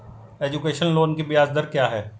Education loan की ब्याज दर क्या है?